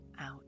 out